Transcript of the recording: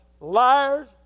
liars